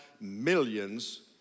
millions